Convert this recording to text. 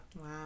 Wow